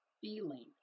feeling